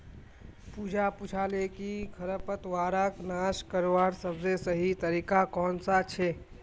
पूजा पूछाले कि खरपतवारक नाश करवार सबसे सही तरीका कौन सा छे